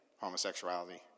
homosexuality